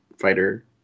fighter